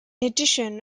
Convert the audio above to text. addition